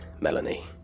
Melanie